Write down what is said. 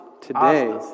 Today